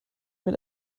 mit